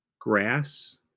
grass